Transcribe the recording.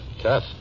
Tough